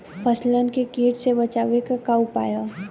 फसलन के कीट से बचावे क का उपाय है?